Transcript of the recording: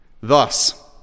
Thus